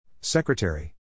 Secretary